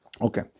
okay